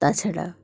তাছাড়া